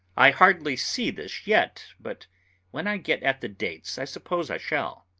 i hardly see this yet, but when i get at the dates i suppose i shall.